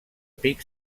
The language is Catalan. pic